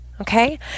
okay